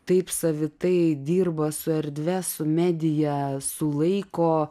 taip savitai dirba su erdve su medija su laiko